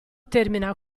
termina